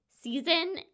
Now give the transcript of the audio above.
Season